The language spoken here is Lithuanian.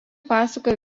pasakoja